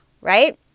right